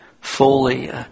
fully